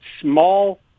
small